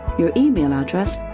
your email address,